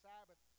Sabbath